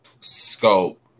scope